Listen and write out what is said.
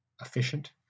efficient